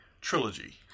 trilogy